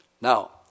Now